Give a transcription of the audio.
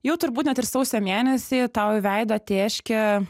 jau turbūt net ir sausio mėnesį tau į veidą tėškia